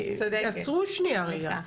עצרו שנייה רגע.